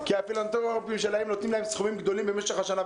כי הפילנתרופיים שלהם נותנים להם סכומים גדולים במשך השנה,